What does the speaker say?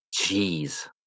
Jeez